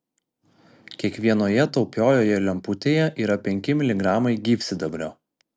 kiekvienoje taupiojoje lemputėje yra penki miligramai gyvsidabrio